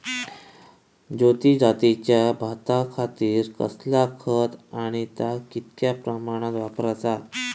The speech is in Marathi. ज्योती जातीच्या भाताखातीर कसला खत आणि ता कितक्या प्रमाणात वापराचा?